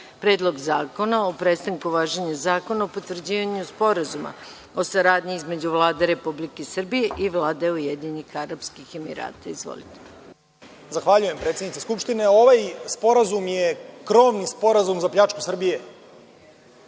Predlog zakona o prestanku važenja Zakona o potvrđivanju Sporazuma o saradnji između Vlade Republike Srbije i Vlade Ujedinjenih Arapskih Emirata. Izvolite. **Balša Božović** Zahvaljujem, predsednice Skupštine. Ovaj sporazum je krovni sporazum za pljačku Srbije.